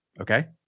Okay